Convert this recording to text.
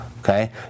okay